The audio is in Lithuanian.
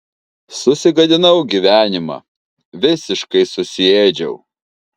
susigadinau gyvenimą visiškai susiėdžiau